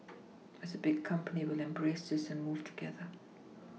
as a big company we will embrace this and move together